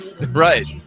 Right